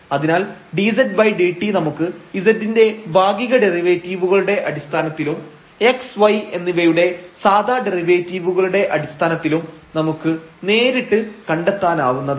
അതിനാൽ dzdt നമുക്ക് z ൻറെ ഭാഗിക ഡെറിവേറ്റിവുകളുടെ അടിസ്ഥാനത്തിലും xy എന്നിവയുടെ സാധാ ഡെറിവേറ്റീവുകളുടെ അടിസ്ഥാനത്തിലും നമുക്ക് നേരിട്ട് കണ്ടെത്താനാവുന്നതാണ്